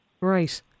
Right